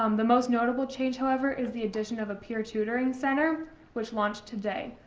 um the most notable change, however, is the addition of a peer tutoring center which launched today.